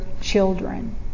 children